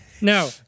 No